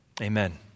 Amen